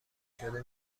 شده